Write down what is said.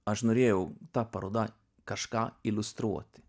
aš norėjau ta paroda kažką iliustruoti